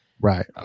Right